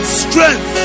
strength